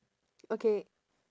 okay